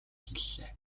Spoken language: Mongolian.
хэллээ